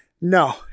No